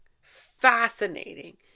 fascinating